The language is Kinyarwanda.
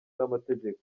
n’amategeko